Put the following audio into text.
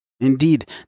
Indeed